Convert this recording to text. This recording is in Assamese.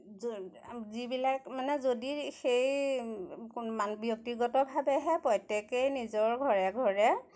যিবিলাক মানে যদি সেই কোনো মা ব্যক্তিগতভাৱেহে প্ৰত্যেকেই নিজৰ ঘৰে ঘৰে